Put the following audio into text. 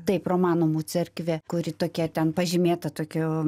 taip romanovų cerkvė kuri tokia ten pažymėta tokiu